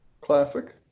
Classic